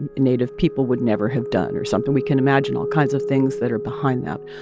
and native people would never have done or something. we can imagine all kinds of things that are behind that,